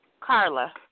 Carla